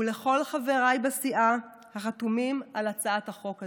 ולכל חבריי בסיעה החתומים על הצעת החוק הזו.